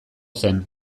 zen